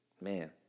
man